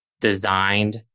designed